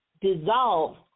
dissolve